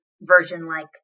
version-like